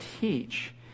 teach